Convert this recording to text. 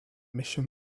mission